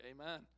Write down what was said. amen